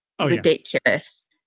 Ridiculous